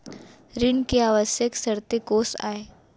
ऋण के आवश्यक शर्तें कोस आय?